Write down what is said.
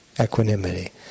equanimity